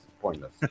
Pointless